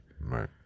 right